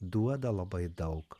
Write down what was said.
duoda labai daug